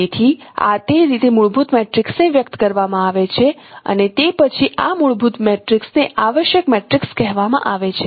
તેથી આ તે રીતે મૂળભૂત મેટ્રિક્સને વ્યક્ત કરવામાં આવે છે અને તે પછી આ મૂળભૂત મેટ્રિક્સને આવશ્યક મેટ્રિક્સ કહેવામાં આવે છે